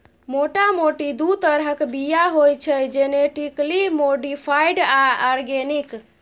मोटा मोटी दु तरहक बीया होइ छै जेनेटिकली मोडीफाइड आ आर्गेनिक